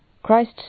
Christ